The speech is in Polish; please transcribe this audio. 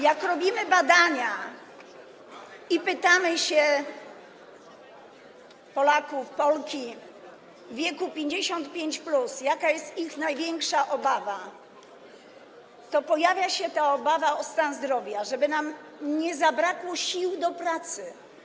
Jak robimy badania i pytamy Polaków, Polki w wieku 55+, jaka jest ich największa obawa, to pojawia się odpowiedź: obawa o stan zdrowia, żeby nie zabrakło nam sił do pracy.